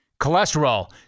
cholesterol